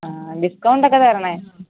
ആ ഡിസ്കൗണ്ട് ഒക്കെ തരണേ